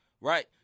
right